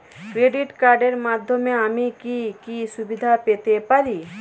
Credit কার্ডের মাধ্যমে আমি কি কি সুবিধা পেতে পারি?